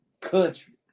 country